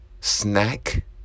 Snack